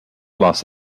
los